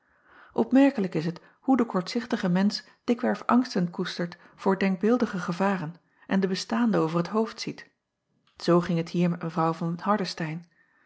pmerkelijk is het hoe de kortzichtige mensch dikwerf acob van ennep laasje evenster delen angsten koestert voor denkbeeldige gevaren en de bestaande over t hoofd ziet oo ging het hier met w van